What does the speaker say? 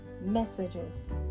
messages